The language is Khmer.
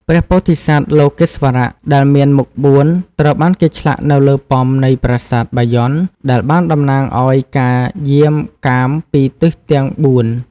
ព្រះពោធិសត្វលោកេស្វរៈដែលមានមុខបួនត្រូវបានគេឆ្លាក់នៅលើប៉មនៃប្រាសាទបាយ័នដែលបានតំណាងឲ្យការយាមកាមពីទិសទាំងបួន។